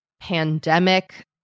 Pandemic